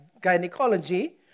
gynecology